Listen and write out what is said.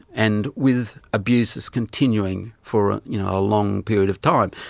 and with abuses continuing for you know a long period of time.